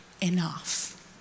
enough